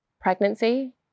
pregnancy